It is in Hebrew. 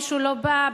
מישהו לא בא,